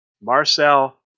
Marcel